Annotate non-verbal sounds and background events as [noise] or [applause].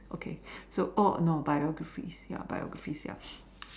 okay so oh no biographies yup biographies yup [noise]